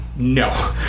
No